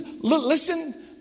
Listen